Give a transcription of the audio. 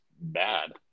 bad